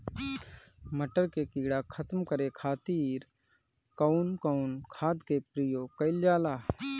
मटर में कीड़ा खत्म करे खातीर कउन कउन खाद के प्रयोग कईल जाला?